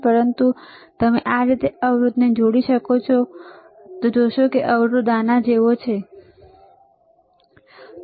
પરંતુ તેથી તમે આ રીતે અવરોધને જોડી શકો છો તમે જોશો કે અવરોધ આના જેવા છે બરાબર